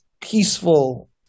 peaceful